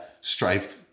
striped